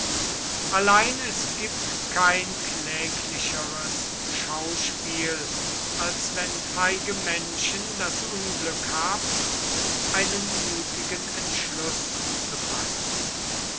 allein es gibt kein kläglicheres schauspiel als wenn feige menschen das unglück haben einen mutigen entschluß zu fassen